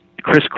chris